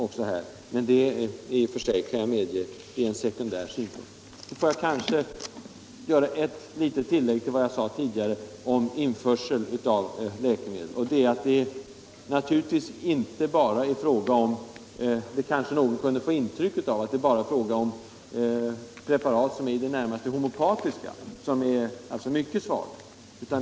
Men jag kan medge att det i och för sig är en sekundär synpunkt. Jag vill göra ett litet tillägg till vad jag sade tidigare om införsel av läkemedel. Det är naturligtvis inte — någon kunde kanske få det intrycket — fråga om enbart preparat som är i det närmaste homeopatiska, alltså mycket svaga.